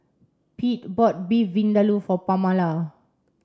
Pete bought Beef Vindaloo for Pamala